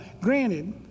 granted